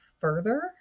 further